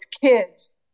kids